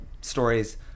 stories